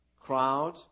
crowd